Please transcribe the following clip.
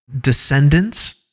descendants